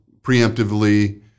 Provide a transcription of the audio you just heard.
preemptively